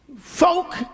folk